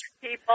People